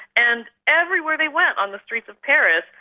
and everywhere they went on the streets of paris,